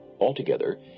Altogether